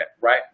right